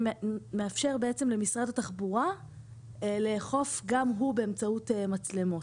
שמאפשר בעצם למשרד התחבורה לאכוף גם הוא באמצעות מצלמות.